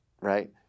right